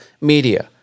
media